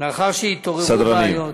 לאחר שהתעוררו בעיות,